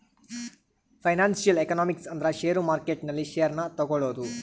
financial economics ಅಂದ್ರ share market ನಲ್ಲಿ share ನ ತಗೋಳೋದು